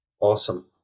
Awesome